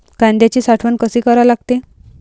कांद्याची साठवन कसी करा लागते?